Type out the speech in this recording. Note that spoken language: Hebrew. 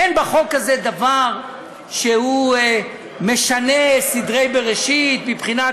אין בחוק הזה דבר שמשנה סדרי בראשית מבחינת